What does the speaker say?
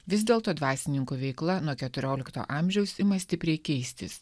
vis dėlto dvasininkų veikla nuo keturiolikto amžiaus ima stipriai keistis